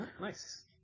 Nice